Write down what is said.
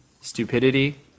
stupidity